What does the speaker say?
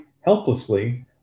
helplessly